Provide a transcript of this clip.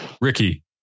Ricky